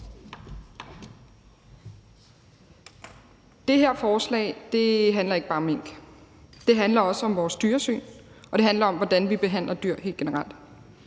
Det her forslag handler ikke bare om mink; det handler også om vores dyresyn, og det handler om, hvordan vi behandler dyr helt generelt.